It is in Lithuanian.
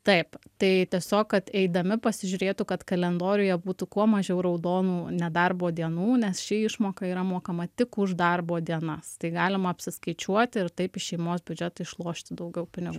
taip tai tiesiog kad eidami pasižiūrėtų kad kalendoriuje būtų kuo mažiau raudonų nedarbo dienų nes ši išmoka yra mokama tik už darbo dienas tai galima apsiskaičiuoti ir taip iš šeimos biudžeto išlošti daugiau pinigų